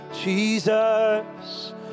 Jesus